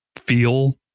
feel